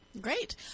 Great